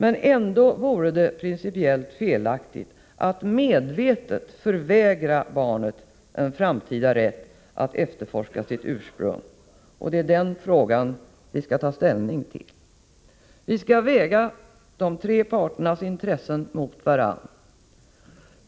Men ändå vore det principiellt felaktigt att medvetet förvägra barnet en framtida rätt att efterforska sitt ursprung. Det är den frågan vi skall ta ställning till. Vi skall väga de tre parternas intressen mot varandra.